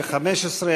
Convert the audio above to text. ו' בתמוז תשע"ה,